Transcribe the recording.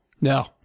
No